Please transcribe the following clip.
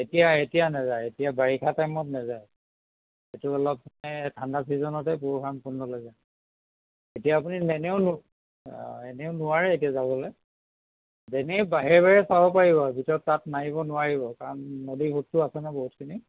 এতিয়া এতিয়া নাযায় এতিয়া বাৰিষা টাইমত নাযায় এইটো অলপ মানে ঠাণ্ডা ছিজনতে পৰশুৰাম কুণ্ডলৈ যায় এতিয়া আপুনি এনেও অ' এনেও নোৱাৰে এতিয়া যাবলৈ এনেই বাহিৰে বাহিৰে চাব পাৰিব ভিতৰত পাক মাৰিব নোৱাৰিব কাৰণ নদী সোঁতটো আছে নহয় বহুতখিনি